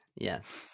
Yes